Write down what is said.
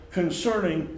concerning